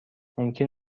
ممکن